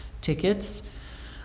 tickets